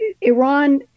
Iran